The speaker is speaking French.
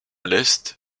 l’est